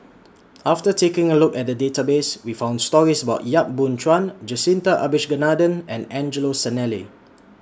after taking A Look At The Database We found stories about Yap Boon Chuan Jacintha Abisheganaden and Angelo Sanelli